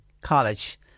college